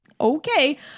okay